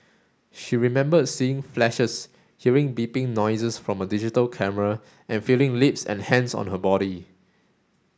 she remembered seeing flashes hearing beeping noises from a digital camera and feeling lips and hands on her body